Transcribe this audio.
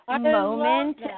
moment